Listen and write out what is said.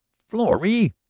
florrie!